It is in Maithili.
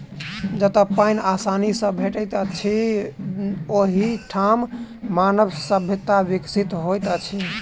जतअ पाइन आसानी सॅ भेटैत छै, ओहि ठाम मानव सभ्यता विकसित होइत अछि